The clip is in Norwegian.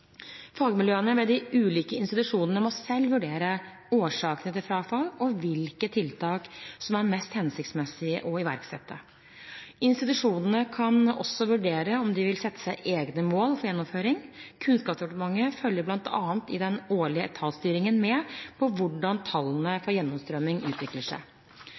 Fagmiljøene ved de ulike institusjonene må selv vurdere årsakene til frafall og hvilke tiltak som er mest hensiktsmessig å iverksette. Institusjonene kan også vurdere om de vil sette seg egne mål for gjennomføring. Kunnskapsdepartementet følger bl.a. i den årlige etatsstyringen med på hvordan tallene for gjennomstrømming utvikler seg.